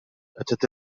أتت